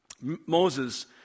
Moses